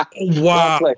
Wow